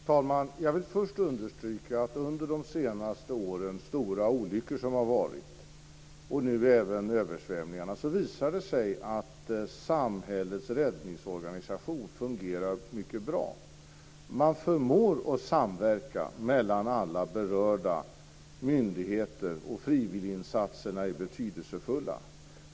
Fru talman! Jag vill först understryka att under de senaste årens stora olyckor, och nu även översvämningarna, har det visat sig att samhällets räddningsorganisation fungerar mycket bra. Man förmår att samverka mellan alla berörda myndigheter, och frivilliginsatserna är betydelsefulla.